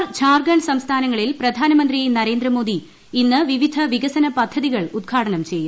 ബീഹാർ ഝാർഖണ്ഡ് സംസ്ഥാനങ്ങളിൽ പ്രധാനമന്ത്രി നരേന്ദ്രമോദി ഇന്ന് വിവിധ വികസന പദ്ധതികൾ ഉദ്ഘാടനം ചെയ്യും